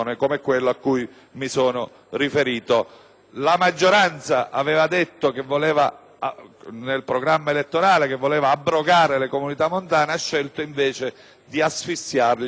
La maggioranza aveva affermato nel programma elettorale di voler abrogare le comunità montane ma ha scelto, invece, di asfissiarle finanziariamente con il rischio che le stesse